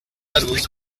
dalloz